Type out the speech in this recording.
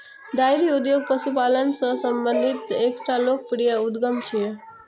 dairy उद्योग पशुपालन सं संबंधित एकटा लोकप्रिय उद्यम छियै